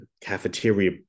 cafeteria